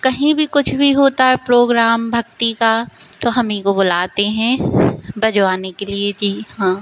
कहीं भी कुछ भी होता है प्रोग्राम भक्ति का तो हमीं को बुलाते हैं बजवाने के लिए जी हाँ